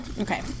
okay